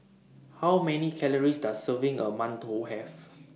How Many Calories Does A Serving of mantou Have